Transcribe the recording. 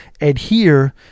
adhere